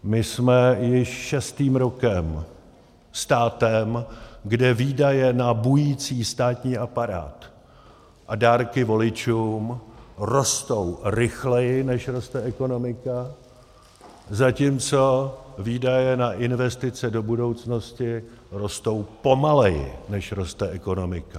My jsme již šestým rokem státem, kde výdaje na bující státní aparát a dárky voličům rostou rychleji, než roste ekonomika, zatímco výdaje na investice do budoucnosti rostou pomaleji, než roste ekonomika.